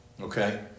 Okay